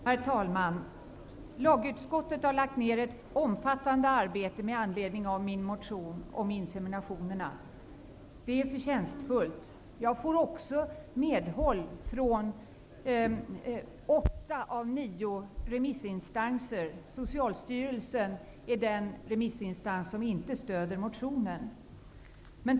Herr talman! Lagutskottet har lagt ner ett omfattande arbete med anledning av min motion om inseminationer. Det är förtjänstfullt. Jag får också medhåll från åtta av nio remissinstanser. Socialstyrelsen är den remissinstans som inte stöder min motion.